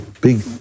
big